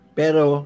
pero